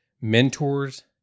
mentors